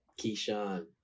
Keyshawn